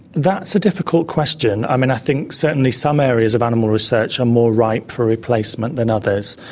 that's a difficult question. um and i think certainly some areas of animal research are more ripe for replacement than others.